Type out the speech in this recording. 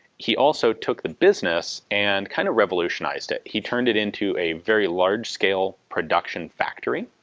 he also took the business and kind of revolutionised it, he turned it into a very large-scale production factory.